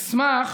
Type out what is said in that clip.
טוב,